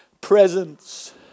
presence